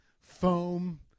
foam